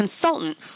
consultant